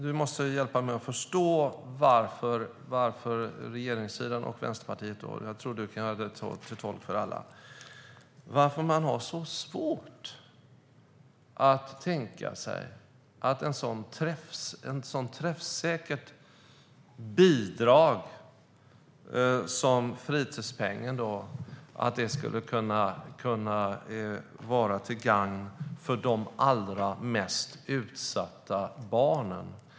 Du måste hjälpa mig att förstå varför regeringssidan och Vänsterpartiet, och jag tror att du kan göra dig till tolk för alla, har så svårt att tänka sig att ett sådant träffsäkert bidrag som fritidspengen skulle kunna vara till gagn för de allra mest utsatta barnen.